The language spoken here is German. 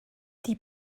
die